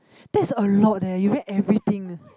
that's a lot leh you read everything